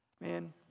Man